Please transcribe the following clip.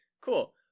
cool